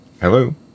Hello